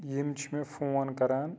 یِم چھِ مےٚ فون کَران